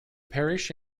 parish